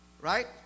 Right